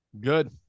Good